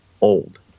old